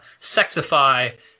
sexify